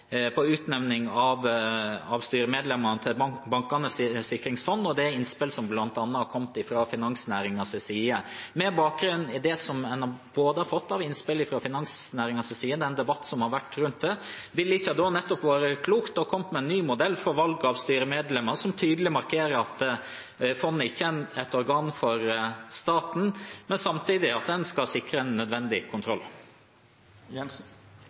utnevning av styremedlemmene i Bankenes sikringsfond og det innspillet som har kommet bl.a. fra finansnæringens side. Med bakgrunn i både det som en har fått av innspill fra finansnæringens side, og debatten som har vært rundt det, ville det ikke vært klokt å komme med en ny modell for valg av styremedlemmer som tydelig markerer at fondet ikke er et organ for staten, men samtidig at en vil sikre en nødvendig